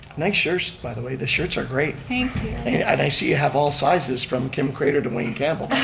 nice shirts, by the way. the shirts are great. thank you. and i see you have all sizes, from kim craitor to wayne campbell.